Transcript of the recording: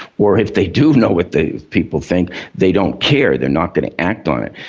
or if they do know what the people think they don't care, they're not going to act on it.